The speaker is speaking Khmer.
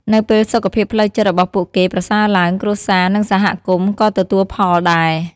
នៅពេលសុខភាពផ្លូវចិត្តរបស់ពួកគេប្រសើរឡើង គ្រួសារ និងសហគមន៍ក៏ទទួលផលដែរ។